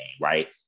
right